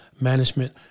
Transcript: management